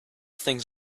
things